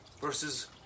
versus